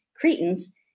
Cretans